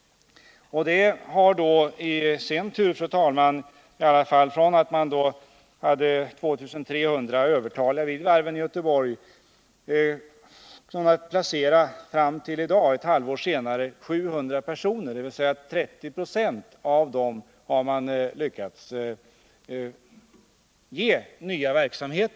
Det har i sin tur, fru talman, medfört att av de 2 300 personer som varövertaliga vid varven i Göteborg har man till i dag, ett halvår senare, kunnat placera 700 personer. Det är alltså 30 26 av de tidigare övertaliga som man har lyckats få in i ny verksamhet.